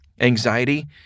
anxiety